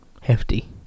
Hefty